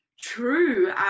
true